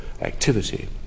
activity